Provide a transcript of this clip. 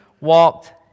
Walked